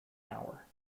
hour